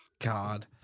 God